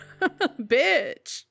Bitch